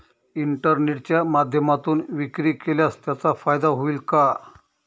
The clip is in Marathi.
इंटरनेटच्या माध्यमातून विक्री केल्यास त्याचा फायदा होईल का?